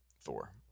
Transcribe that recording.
Thor